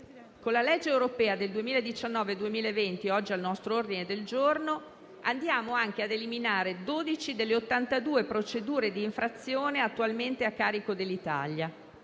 Con la legge europea 2019-2020 oggi al nostro esame andiamo anche a eliminare 12 delle 82 procedure di infrazione attualmente a carico dell'Italia.